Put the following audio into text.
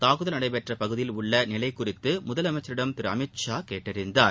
தாக்குதல் நடைபெற்ற பகுதியில் உள்ள நிலை குறித்து முதலமைச்சரிடம் திரு அமித் ஷா கேட்டறிந்தார்